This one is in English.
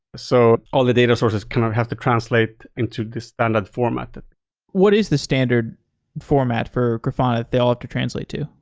so all the data sources kind of have to translate into the standard format. what is the standard format for grafana they all have to translate to?